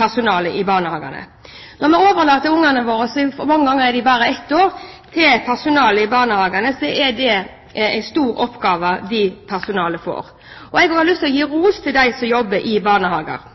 personalet i barnehagene. Når vi overlater barna våre til personalet i barnehagene, er de ofte bare ett år, så det er en stor oppgave personalet får. Jeg har også lyst til å gi ros til dem som jobber i barnehager.